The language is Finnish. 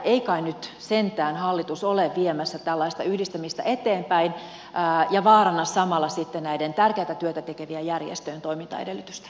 ei kai nyt sentään hallitus ole viemässä tällaista yhdistämistä eteenpäin ja vaaranna samalla näiden tärkeätä työtä tekevien järjestöjen toimintaedellytystä